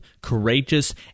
Courageous